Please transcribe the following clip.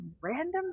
random